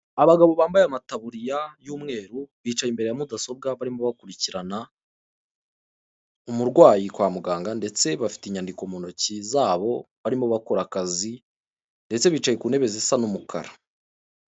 Abagabo bambaye amataburiya y'umweru, bicaye imbere ya mudasobwa barimo bakurikirana umurwayi kwa muganga; ndetse bafite inyandiko mu ntoki zabo, barimo bakora akazi ndetse bicaye ku ntebe zisa n'umukara.